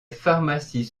pharmacies